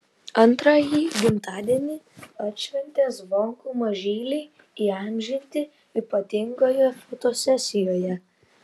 antrąjį gimtadienį atšventę zvonkų mažyliai įamžinti ypatingoje fotosesijoje